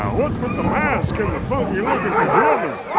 what's with the mask and the funky looking pajamas?